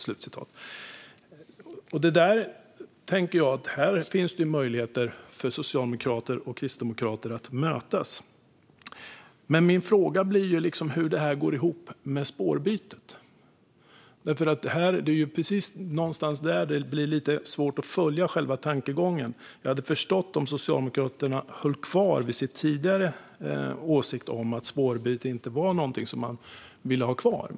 Jag tänker att det finns möjligheter för socialdemokrater och kristdemokrater att mötas här. Men min fråga blir hur detta går ihop med spårbytet. Det är någonstans där det blir lite svårt att följa tankegången. Jag hade förstått om Socialdemokraterna hållit kvar vid sin tidigare åsikt att spårbyte inte var något man ville ha kvar.